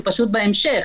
הוא פשוט בהמשך.